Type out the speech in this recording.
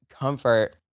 Comfort